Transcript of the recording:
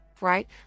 Right